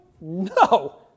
No